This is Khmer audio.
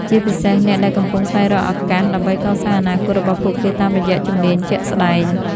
ជាពិសេសអ្នកដែលកំពុងស្វែងរកឱកាសដើម្បីកសាងអនាគតរបស់ពួកគេតាមរយៈជំនាញជាក់ស្តែង។